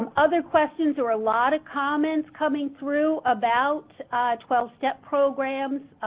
um other questions or a lot of comments coming through about twelve step programs.